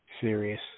serious